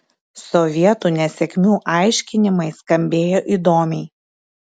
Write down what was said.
sovietų nesėkmių aiškinimai skambėjo įdomiai